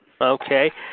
Okay